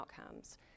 outcomes